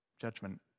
Judgment